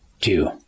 Two